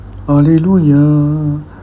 Hallelujah